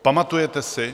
Pamatujete si?